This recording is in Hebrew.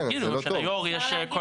נגיד שליו"ר יש.